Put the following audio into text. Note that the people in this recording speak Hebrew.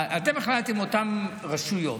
אתם החלטתם על אותן רשויות,